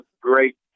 great